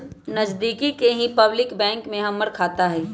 नजदिके के ही पब्लिक बैंक में हमर खाता हई